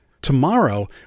Tomorrow